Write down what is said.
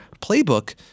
playbook